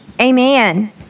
Amen